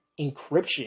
encryption